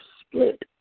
split